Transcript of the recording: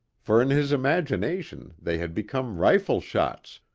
for in his imagination they had become rifle shots,